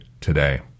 today